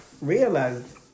realize